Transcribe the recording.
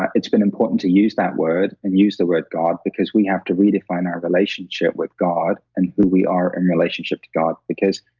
it's been important to use that word and use the word god because we have to redefine our relationship with god and who we are in relationship to god, because